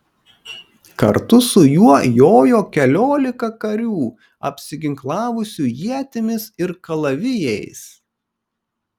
kartu su juo jojo keliolika karių apsiginklavusių ietimis ir kalavijais